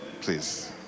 please